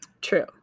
true